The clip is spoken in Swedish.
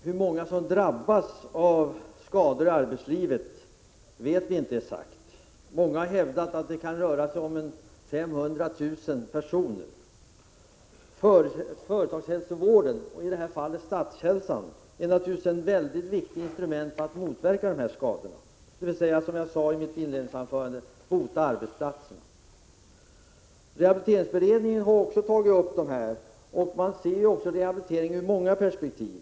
Herr talman! Vi vet inte exakt hur många människor som drabbas av skador i arbetslivet. Många har hävdat att det kan röra sig om 500 000 personer. Företagshälsovården — i detta fall Statshälsan — är naturligtvis ett väldigt viktigt instrument när det gäller att motverka arbetsskador. Som jag sade i mitt inledningsanförande handlar det om att ”bota arbetsplatserna”. Rehabiliteringsberedningen har också tagit upp dessa frågor. Även rehabiliteringsberedningen ser alltså rehabiliteringen i många perspektiv.